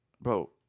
Bro